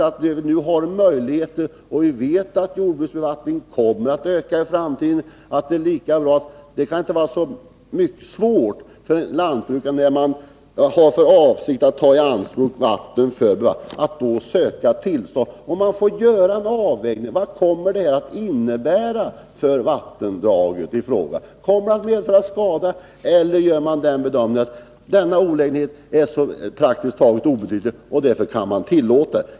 Vi vet att jordbruksbevattningen kommer att öka i framtiden. Det kan inte vara så svårt för en lantbrukare som har för avsikt att ta i anspråk vatten för bevattning att söka tillstånd. Man får då göra en avvägning av vad det uttaget kommer att innebära för vattendraget i fråga. Kommer det att medföra skada, eller gör man den bedömningen att olägenheten är så obetydlig att uttaget kan tillåtas?